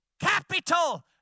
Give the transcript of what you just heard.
capital